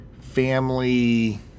family